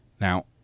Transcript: Now